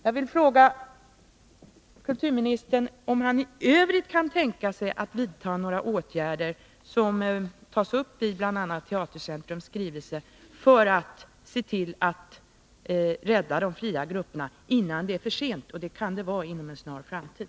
Jag vill fråga kulturministern om han i övrigt kan tänka sig att vidta några av de åtgärder som tas upp i bl.a. Teatercentrums skrivelse för att se till att de fria grupperna räddas innan det är för sent. Det kan det vara inom en snar framtid.